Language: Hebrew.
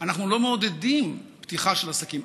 אנחנו לא מעודדים פתיחה של עסקים.